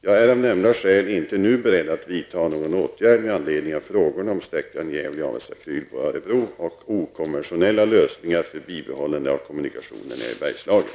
Jag är av nämnda skäl inte nu beredd att vidta någon åtgärd med anledning av frågorna om sträckan Gävle--Avesta/Krylbo--Örebro och okonventionella lösningar för bibehållande av kommunikationerna i Bergslagen.